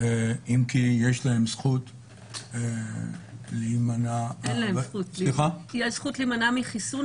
אם כי יש להם זכות להימנע --- יש זכות להימנע מחיסון,